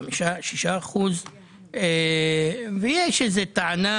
6%. ויש טענה,